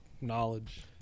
Knowledge